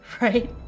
right